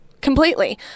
Completely